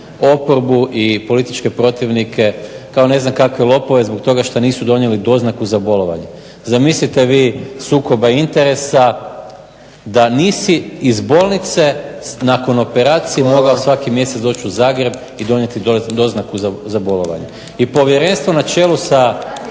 oporbu i političke protivnike kao ne znam kakve lopove zbog toga što nisu donijeli doznaku za bolovanje. Zamislite vi sukoba interesa da nisi iz bolnice nakon operacije mogao svaki mjesec doći u Zagreb i donijeti doznaku za bolovanje. I povjerenstvo na čelu sa